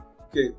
okay